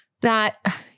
that-